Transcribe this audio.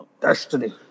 Destiny